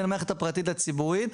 בין המערכת הפרטית לציבורית,